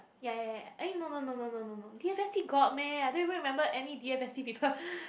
ya ya ya eh no no no no no no no D_F_S_T got meh I don't even remember any D_F_S_T people